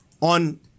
On